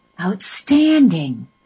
Outstanding